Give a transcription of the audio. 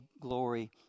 glory